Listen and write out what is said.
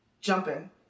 jumping